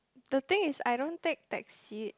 the thing is I don't take taxi